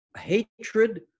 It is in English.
hatred